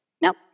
nope